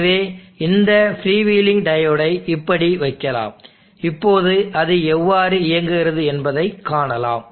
எனவே இந்த ஃப்ரீவீலிங் டையோடை இப்படி வைக்கலாம் இப்போது அது எவ்வாறு இயங்குகிறது என்பதை காணலாம்